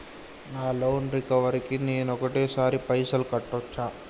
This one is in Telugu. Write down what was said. నా లోన్ రికవరీ కి నేను ఒకటేసరి పైసల్ కట్టొచ్చా?